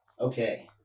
okay